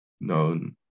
known